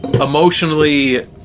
emotionally